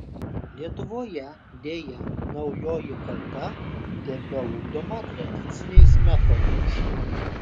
lietuvoje deja naujoji karta tebeugdoma tradiciniais metodais